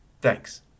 thanks